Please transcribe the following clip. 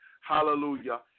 Hallelujah